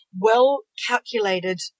well-calculated